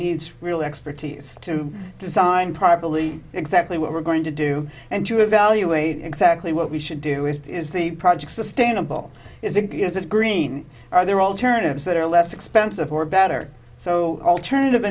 needs real expertise to design properly exactly what we're going to do and to evaluate exactly what we should do it is the projects sustainable is it is it green are there alternatives that are less expensive or better so alternative